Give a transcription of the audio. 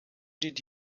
did